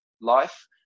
life